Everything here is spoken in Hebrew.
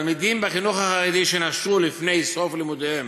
תלמידים בחינוך החרדי שנשרו לפני סוף לימודיהם